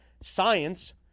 science